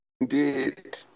Indeed